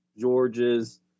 Georges